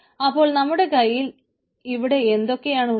അപ്പോൾ നമ്മുടെ കയ്യിൽ ഇവിടെ എന്തൊക്കെയാണ് ഉള്ളത്